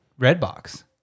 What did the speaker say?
Redbox